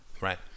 right